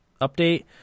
update